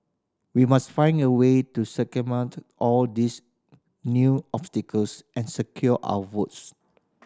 we must find a way to circumvent all these new obstacles and secure our votes